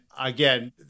again